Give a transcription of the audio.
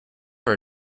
our